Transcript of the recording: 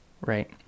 right